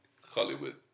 hollywood